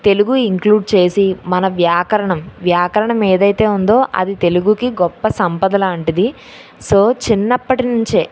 Telugu include చేసి మన వ్యాకరణం వ్యాకరణం ఏదైతే ఉందో అది తెలుగుకి గొప్ప సంపద లాంటిది సో చిన్నప్పటి నుంచే